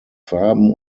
farben